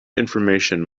information